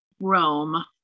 Rome